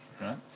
right